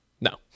No